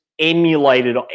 emulated